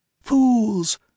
Fools